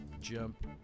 jump